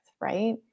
right